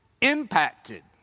impacted